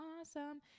awesome